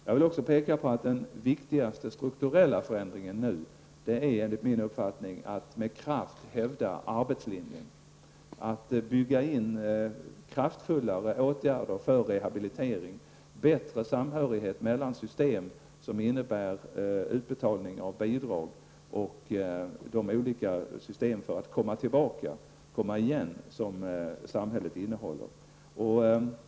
Jag vill också peka på att den viktigaste strukturella förändringen nu är, enligt min uppfattning, att med kraft hävda arbetslinjen, att bygga in kraftfullare åtgärder för rehabilitering, bättre samhörighet mellan system som innebär betalning av bidrag och de olika system som samhället har tillgång till för att man skall kunna komma tillbaka.